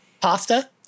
Pasta